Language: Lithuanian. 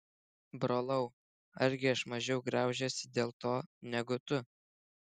brolau argi aš mažiau graužiuosi dėl to negu tu